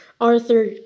Arthur